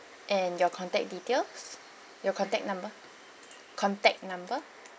and your contact details your contact number contact number